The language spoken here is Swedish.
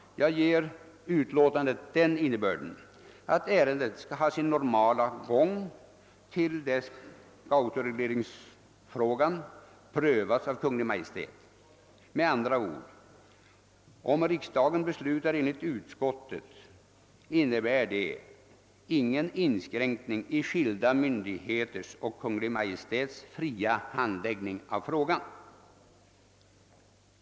Jag ger utlåtandet den innebörden att ärendet skall ha sin normala gång till dess Gautoregleringsfrågan prövats av Kungl. Maj:t. Med andra ord: Om riksdagen beslutar enligt utskottets förslag innebär det ingen inskränkning i skilda myndigheters och Kungl. Maj:ts fria handläggning av frågan.